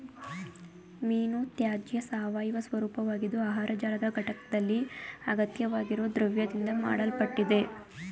ಮೀನುತ್ಯಾಜ್ಯ ಸಾವಯವ ಸ್ವರೂಪವಾಗಿದ್ದು ಆಹಾರ ಜಾಲದ ಘಟಕ್ದಲ್ಲಿ ಅಗತ್ಯವಾಗಿರೊ ದ್ರವ್ಯದಿಂದ ಮಾಡಲ್ಪಟ್ಟಿದೆ